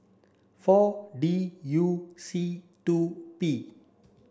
four D U C two P